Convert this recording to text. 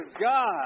God